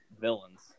villains